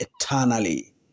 eternally